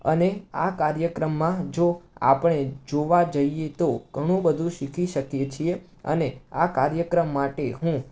અને આ કાર્યક્રમમાં જો આપણે જોવા જઈએ તો ઘણું બધું શીખી શકીએ છીએ અને આ કાર્યક્રમ માટે હું